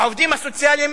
העובדים הסוציאליים,